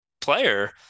player